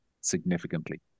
significantly